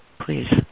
please